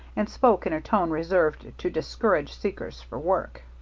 and spoke in a tone reserved to discourage seekers for work.